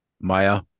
Maya